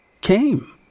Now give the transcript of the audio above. came